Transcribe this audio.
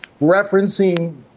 referencing